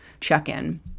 check-in